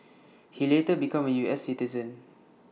he later became A U S citizen